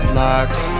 locks